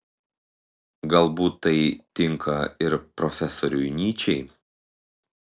galbūt tai tinka ir profesoriui nyčei